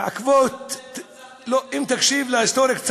רצחתם יותר מ-100